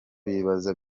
bibaza